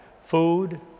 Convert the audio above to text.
Food